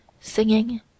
singing